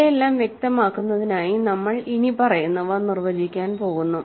ഇവയെല്ലാം വ്യക്തമാക്കുന്നതിനായി നമ്മൾ ഇനിപ്പറയുന്നവ നിർവചിക്കാൻ പോകുന്നു